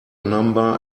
number